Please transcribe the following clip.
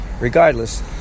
Regardless